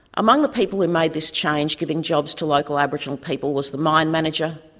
among the people who made this change giving jobs to local aboriginal people was the mine manager,